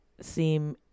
seem